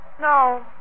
No